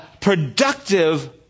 productive